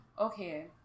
Okay